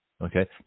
okay